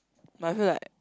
but I feel like